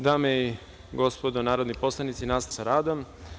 Dame i gospodo narodni poslanici, nastavljamo sa radom.